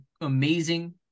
amazing